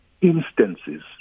instances